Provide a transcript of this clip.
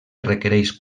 requereix